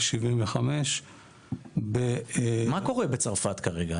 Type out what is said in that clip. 1,875,000. מה קורה בצרפת כרגע?